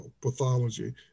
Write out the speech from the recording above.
pathology